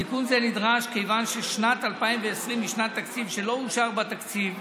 תיקון זה נדרש כיוון ששנת 2020 היא שנת תקציב שלא אושר בה תקציב,